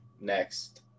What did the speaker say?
next